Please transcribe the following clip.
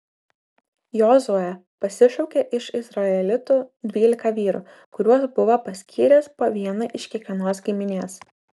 jozuė pasišaukė iš izraelitų dvylika vyrų kuriuos buvo paskyręs po vieną iš kiekvienos giminės